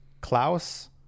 Klaus